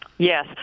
Yes